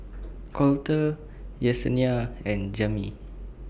Colter Yesenia and Jami